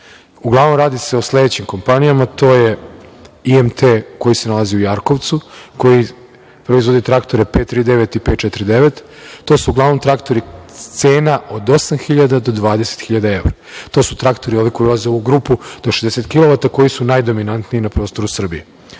Uglavnom radi se o sledećim kompanijama, to je IMT koji se nalazi u Jarkovcu, koji proizvodi traktore 539 i 549. To su uglavnom traktori cena od 8.000 do 20.000 evra. To su traktori koji ulaze u grupu do 60 kilovata i koji su najdominantniji na prostoru Srbije. Isto